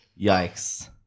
Yikes